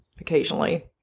occasionally